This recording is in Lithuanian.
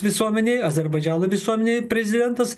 visuomenei azerbaidžano visuomenei prezidentas